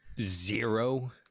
zero